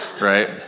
right